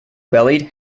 bellied